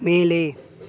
மேலே